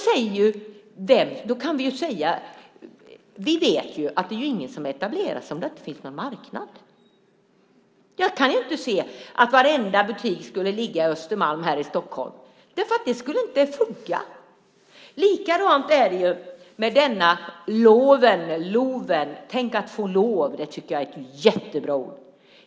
Vi vet ju att det inte är någon som etablerar sig om det inte finns någon marknad. Jag kan inte se att varenda butik skulle ligga på Östermalm här i Stockholm. Det skulle inte funka. Likadant är det med LOV. Tänk att få lov, det tycker jag är ett jättebra ord.